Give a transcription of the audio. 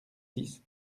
six